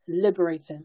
Liberating